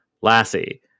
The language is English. Lassie